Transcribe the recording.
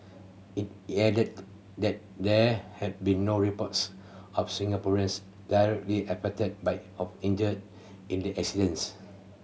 it it added that there had been no reports of Singaporeans directly affected by of injured in the incidents